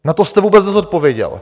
Na to jste vůbec neodpověděl.